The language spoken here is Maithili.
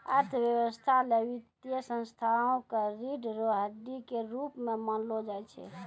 अर्थव्यवस्था ल वित्तीय संस्थाओं क रीढ़ र हड्डी के रूप म मानलो जाय छै